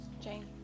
Jane